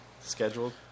scheduled